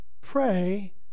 pray